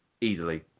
easily